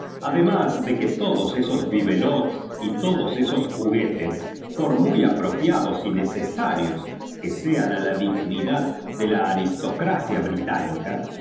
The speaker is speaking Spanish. además de que todos esos bilí rio fc y todos esos juguetes por muy apro piados y necesarios que sean a la dignidad de la aristocracia británica